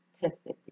tested